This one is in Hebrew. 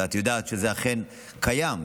ואת יודעת שזה אכן קיים,